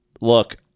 look